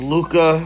Luca